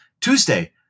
Tuesday